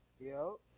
Yo